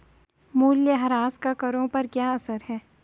मूल्यह्रास का करों पर क्या असर है?